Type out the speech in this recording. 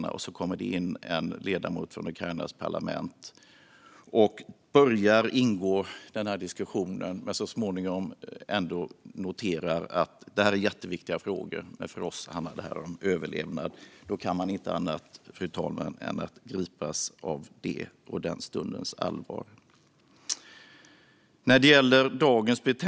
När det då kommer in en ledamot från Ukrainas parlament som börjar ingå i diskussionen men som så småningom ändå noterar att det här är jätteviktiga frågor, men för oss handlar det om överlevnad - då kan man inte annat, fru talman, än att gripas av detta och av stundens allvar. Fru talman!